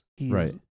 Right